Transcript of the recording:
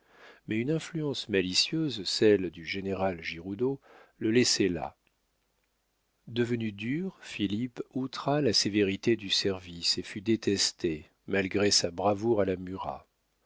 mais une influence malicieuse celle du général giroudeau le laissait là devenu dur philippe outra la sévérité du service et fut détesté malgré sa bravoure à la murat